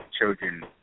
children